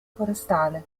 forestale